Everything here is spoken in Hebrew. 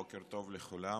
בוקר טוב לכולם.